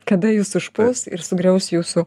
kada jus užpuls ir sugriaus jūsų